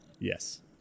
Yes